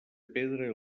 pedra